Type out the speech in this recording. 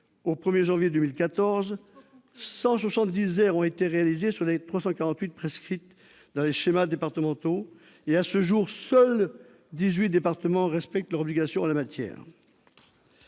au 1 janvier 2014, 170 aires avaient été réalisées sur les 348 prescrites dans les schémas départementaux et, à ce jour, seuls 18 départements respectent leurs obligations en la matière